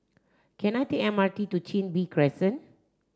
can I take M R T to Chin Bee Crescent